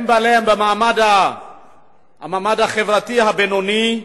הם אנשי המעמד החברתי הבינוני.